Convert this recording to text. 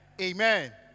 Amen